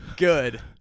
good